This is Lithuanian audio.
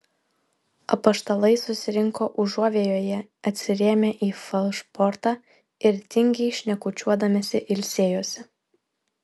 apaštalai susirinko užuovėjoje atsirėmę į falšbortą ir tingiai šnekučiuodamiesi ilsėjosi